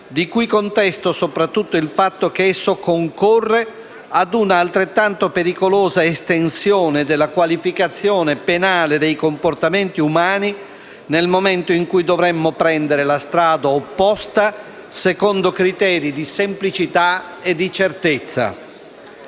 di cui contesto soprattutto il fatto che esso concorre a un'altrettanto pericolosa estensione della qualificazione penale dei comportamenti umani nel momento in cui dovremmo prendere la strada opposta, secondo criteri di semplicità e di certezza.